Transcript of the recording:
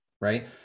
Right